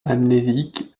amnésique